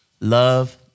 love